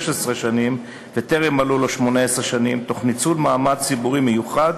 שנים וטרם מלאו לו 18 שנים תוך ניצול מעמד ציבורי מיוחד,